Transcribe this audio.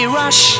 rush